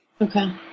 Okay